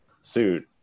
suit